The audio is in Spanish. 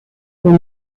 con